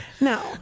No